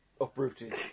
uprooted